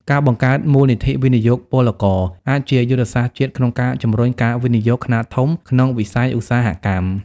ការបង្កើត "មូលនិធិវិនិយោគពលករ" អាចជាយុទ្ធសាស្ត្រជាតិក្នុងការជម្រុញការវិនិយោគខ្នាតធំក្នុងវិស័យឧស្សាហកម្ម។